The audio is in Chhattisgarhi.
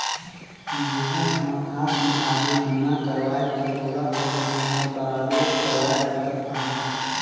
जेहर हमर हात मे अहे बीमा करवाये के ओला तो हमन हर बराबेर करवाये सकत अहन